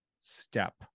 step